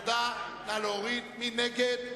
מי נגד?